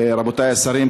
רבותי השרים,